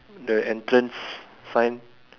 the entrance sign